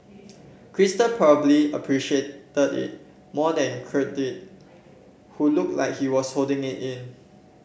crystal probably appreciated it more than Kirk did who looked like he was holding it in